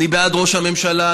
אני בעד ראש הממשלה.